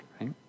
right